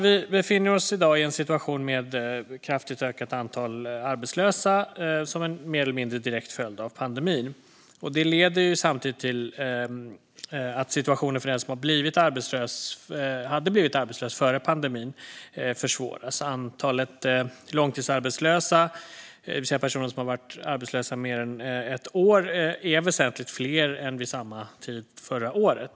Vi befinner oss i dag i en situation med ett kraftigt ökat antal arbetslösa som en mer eller mindre direkt följd av pandemin. Det leder samtidigt till att situationen för den som redan hade blivit arbetslös före pandemin försvåras. Antalet långtidsarbetslösa, det vill säga personer som har varit arbetslösa mer än ett år, är väsentligt fler än vid samma tid förra året.